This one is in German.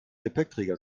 gepäckträger